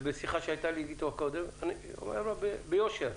בשיחה שהייתה לי איתה קודם היא אמרה ביושר: